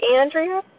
Andrea